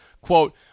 quote